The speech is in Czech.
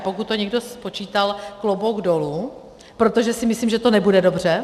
A pokud to někdo spočítal, klobouk dolů, protože si myslím, že to nebude dobře.